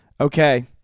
Okay